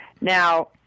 Now